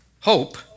hope